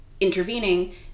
intervening